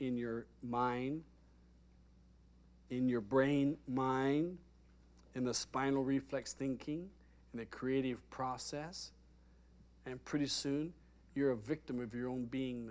in your mind in your brain mind in the spinal reflex thinking and the creative process and pretty soon you're a victim of your own being